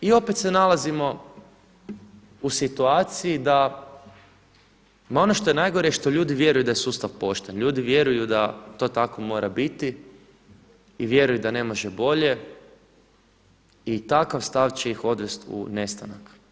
I opet se nalazimo u situaciji da ono što je najgore što ljudi vjeruju da je sustav pošten, ljudi vjeruju da to tako mora biti i vjeruju da ne može bolje i takav stav će iz odvest u nestanak.